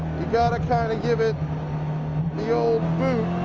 you got to kind of give it the old